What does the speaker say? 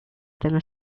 dinner